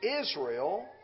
Israel